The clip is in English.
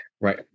Right